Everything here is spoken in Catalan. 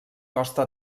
costa